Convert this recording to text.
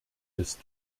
ist